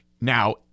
now